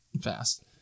fast